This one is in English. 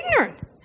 ignorant